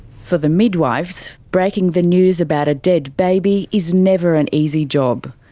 for the midwives, breaking the news about a dead baby is never an easy job.